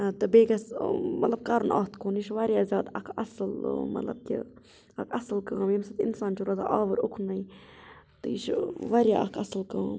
تہٕ بیٚیہِ گَژھِ مَطلَب کَرُن اتھ کُن یہِ چھُ وارِیاہ زیادٕ اَکھ اَصٕل مَطلَب کہِ اکھ اَصٕل کٲم ییٚمہِ سٍتۍ اِنسان چھُ روزان آوُر اوٚکنُے تہٕ یہِ چھُ وارِیاہ اَکھ اَصٕل کٲم